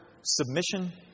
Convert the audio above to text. submission